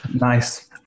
nice